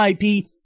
IP